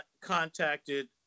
contacted